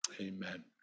Amen